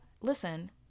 Listen